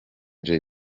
jay